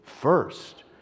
first